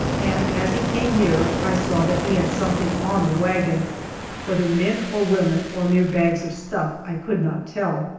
and as he came nearer, i saw that he had something on the wagon whether men or women or mere bags of stuff i could not tell.